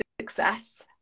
success